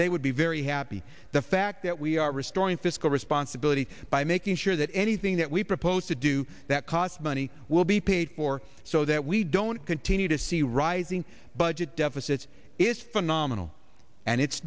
they would be very happy the fact that we are restoring score responsibility by making sure that anything that we proposed to do that cost money will be paid for so that we don't continue to see rising budget deficits is phenomenal and it's